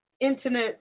Internet